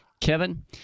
Kevin